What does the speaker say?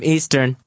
Eastern